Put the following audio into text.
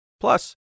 Plus